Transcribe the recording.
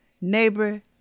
neighbor